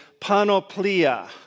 panoplia